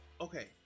Okay